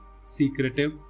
secretive